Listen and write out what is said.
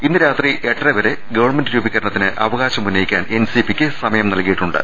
ഇന്ന് രാത്രി എട്ടര വരെ ഗവൺമെന്റ് രൂപീകരണത്തിന് അവകാശം ഉന്നയിക്കാൻ എൻസിപിക്ക് സമയം നൽകിയിട്ടുണ്ട്